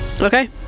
Okay